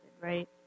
Right